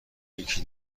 یکی